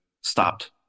stopped